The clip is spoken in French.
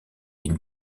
une